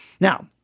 Now